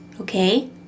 okay